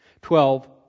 twelve